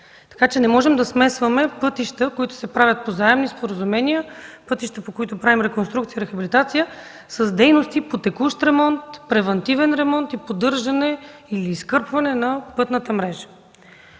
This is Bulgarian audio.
заеми. Не можем да смесваме пътища, които се правят по заемни споразумения, пътища, по които правим реконструкция и рехабилитация, с дейности по текущ ремонт, превантивен ремонт и поддържане или изкърпване на пътната мрежа.